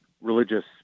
religious